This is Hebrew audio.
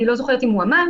אני לא זוכרת אם הוא אמר,